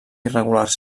irregulars